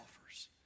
offers